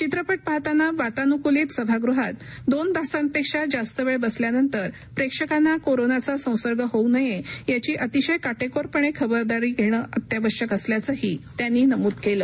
चित्रप पाहताना वातानुकूलित सभागृहात दोन तासांपेक्षा जास्त वेळ बसल्यानंतर प्रेक्षकांना कोरोनाचा संसर्ग होऊ नये याची अतिशय का कोरपणे खबरदारी घेणं अत्यावश्यक असल्याचंही त्यांनी नमूद केलं